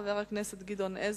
חבר הכנסת גדעון עזרא,